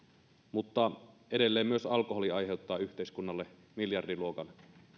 mutta edelleen myös alkoholi aiheuttaa yhteiskunnalle miljardiluokan